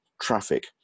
traffic